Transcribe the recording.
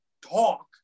talk